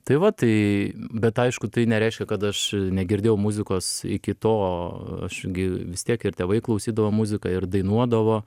tai va tai bet aišku tai nereiškia kad aš negirdėjau muzikos iki to aš gi vis tiek ir tėvai klausydavo muziką ir dainuodavo